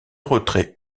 retrait